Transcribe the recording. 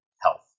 health